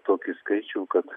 tokį skaičių kad